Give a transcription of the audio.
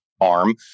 arm